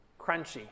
crunchy